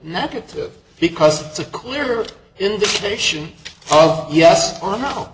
negative because it's a clear indication of yes o